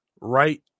right